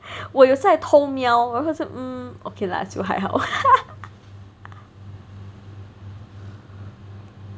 我有在偷瞄然后是 mm okay lah 就还好